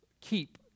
keep